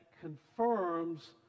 confirms